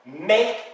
make